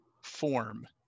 form